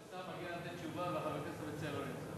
שר מגיע לתת תשובה וחבר הכנסת המציע לא נמצא.